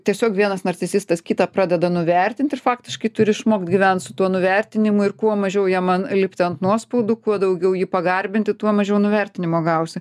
tiesiog vienas narcisistas kitą pradeda nuvertint ir faktiškai turi išmokt gyvent su tuo nuvertinimu ir kuo mažiau jie man lipti ant nuospaudų kuo daugiau jį pagarbinti tuo mažiau nuvertinimo gausi